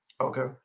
okay